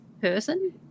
person